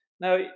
Now